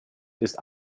ist